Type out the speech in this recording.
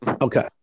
Okay